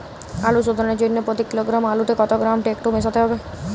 আলু শোধনের জন্য প্রতি কিলোগ্রাম আলুতে কত গ্রাম টেকটো মেশাতে হবে?